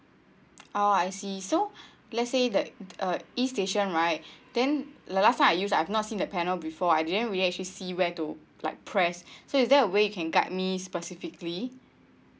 oh I see so let's say that uh e station right then the last time I used I have not seen the panel before I didn't really actually see where to like press so is there a way you can guide me specifically